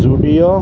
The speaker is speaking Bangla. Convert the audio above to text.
জুডিও